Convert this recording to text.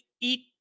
eat